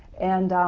and